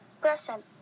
present